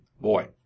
Boy